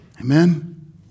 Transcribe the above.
Amen